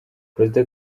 perezida